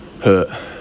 hurt